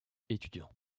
étudiants